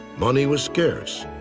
money was scarce.